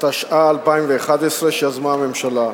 התשע"א 2011, שיזמה הממשלה.